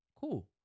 cool